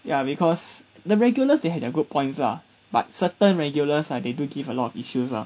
ya because the regulars they have their good points lah but certain regulars ah they do give a lot of issues lah